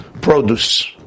produce